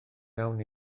iawn